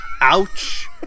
ouch